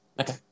okay